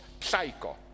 Psycho